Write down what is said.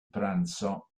pranzo